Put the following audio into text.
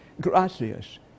Gracias